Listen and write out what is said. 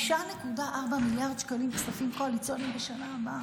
5.4 מיליארד שקלים לכספים קואליציוניים בשנה הבאה,